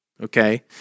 okay